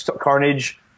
Carnage